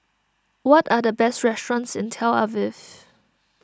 what are the best restaurants in Tel Aviv